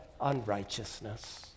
unrighteousness